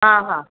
हा हा